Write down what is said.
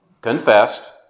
confessed